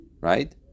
right